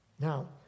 Now